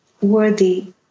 worthy